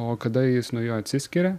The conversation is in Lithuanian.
o kada jis nuo jo atsiskiria